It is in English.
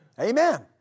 Amen